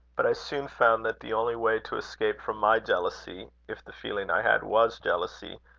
but i soon found that the only way to escape from my jealousy, if the feeling i had was jealousy,